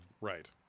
right